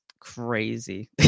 crazy